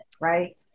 right